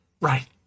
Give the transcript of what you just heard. right